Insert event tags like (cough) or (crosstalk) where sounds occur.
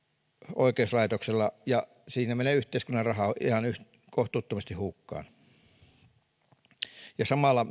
oikeuslaitoksella ja siinä menee yhteiskunnan rahaa ihan kohtuuttomasti hukkaan ja samalla (unintelligible)